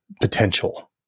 potential